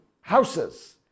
houses